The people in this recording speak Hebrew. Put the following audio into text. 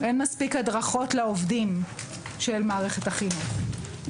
אין מספיק הדרכות לעובדים של מערכת החינוך.